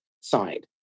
side